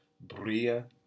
Bria